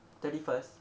thirty first